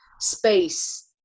space